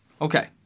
Okay